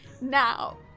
Now